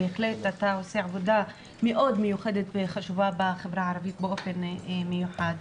בהחלט אתה עושה עבודה מאוד מיוחדת וחשובה בחברה הערבית באופן מיוחד.